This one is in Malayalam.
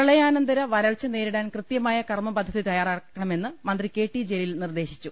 പ്രളയാനന്തര വരൾച്ച നേരിടാൻ കൃത്യമായ കർമപദ്ധതി തയ്യാറാക്ക ണമെന്ന് മന്ത്രി കെ ടി ജലീൽ നിർദേശിച്ചു